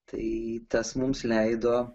tai tas mums leido